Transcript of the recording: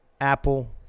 Apple